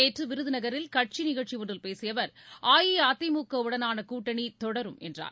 நேற்று விருதுநகில் கட்சி நிகழ்ச்சி ஒன்றில் பேசிய அவர் அஇஅதிமுக உடனான கூட்டணி தொடரும் என்றார்